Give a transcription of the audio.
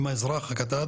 עם האזרח הקטן,